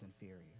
inferior